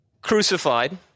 crucified